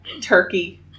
turkey